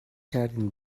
کردین